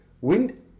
wind